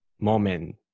moment